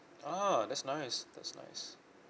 ah that's nice that's nice